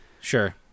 Sure